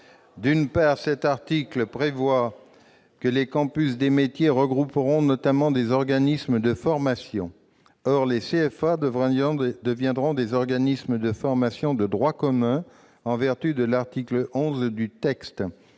satisfaits. L'article 10 prévoit que les campus des métiers regrouperont, notamment, des organismes de formation. Or les CFA deviendront des organismes de formation de droit commun en vertu de l'article 11 de ce